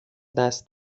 دست